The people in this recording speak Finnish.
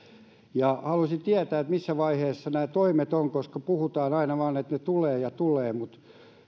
haluaisin tietää missä vaiheessa nämä toimet ovat koska puhutaan aina vain että ne tulevat ja tulevat mutta